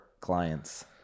clients